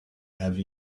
have